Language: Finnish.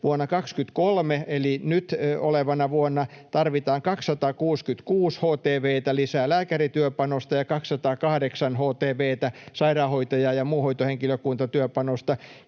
vuonna 23 eli nyt olevana vuonna tarvitaan 266 htv:tä lisää lääkärityöpanosta ja 208 htv:tä sairaanhoitajatyöpanosta ja muun hoitohenkilökunnan työpanosta,